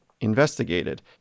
investigated